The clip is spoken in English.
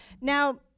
Now